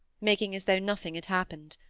making as though nothing had happened.